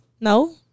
No